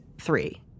three